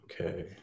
Okay